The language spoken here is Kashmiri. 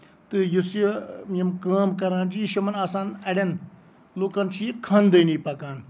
تہٕ یُس یہِ یِم کٲم کران چھِ یہِ چھُ یِمن آسان اَڈین لُکن چھِ یہِ خاندٲنی پَکان